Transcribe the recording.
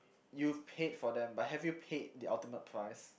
you've paid for them but have you paid the ultimate price